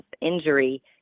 injury